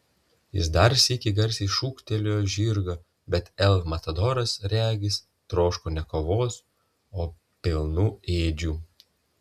jis dar sykį garsiai šūktelėjo žirgą bet el matadoras regis troško ne kovos o pilnų ėdžių